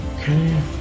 Okay